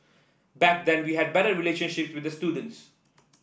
back then we had better relationships with the students